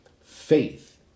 Faith